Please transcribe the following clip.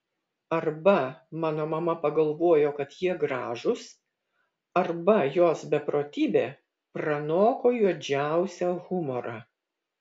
arba mano mama pagalvojo kad jie gražūs arba jos beprotybė pranoko juodžiausią humorą